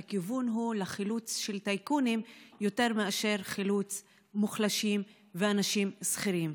הכיוון הוא חילוץ של טייקונים יותר מאשר חילוץ מוחלשים ואנשים שכירים.